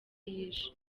yishe